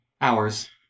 Hours